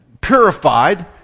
purified